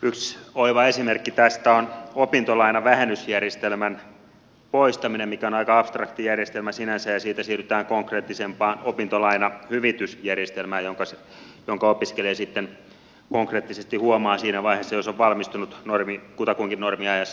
yksi oiva esimerkki tästä on opintolainan vähennysjärjestelmän poistaminen mikä on aika abstrakti järjestelmä sinänsä ja siitä siirrytään konkreettisempaan opintolainan hyvitysjärjestelmään jonka opiskelija sitten konkreettisesti huomaa siinä vaiheessa jos on valmistunut kutakuinkin normiajassa